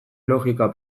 logika